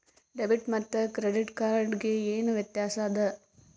Debit ಮತ್ತ credit card ಗೆ ಏನ ವ್ಯತ್ಯಾಸ ಆದ?